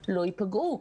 לא ייפגעו.